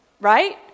right